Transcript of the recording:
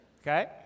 okay